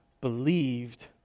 believed